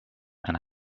and